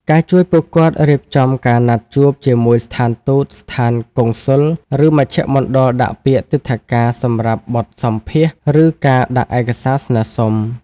ការជួយពួកគាត់រៀបចំការណាត់ជួបជាមួយស្ថានទូត ស្ថានកុងស៊ុល ឬមជ្ឈមណ្ឌលដាក់ពាក្យទិដ្ឋាការសម្រាប់បទសម្ភាសន៍ ឬការដាក់ឯកសារស្នើសុំ។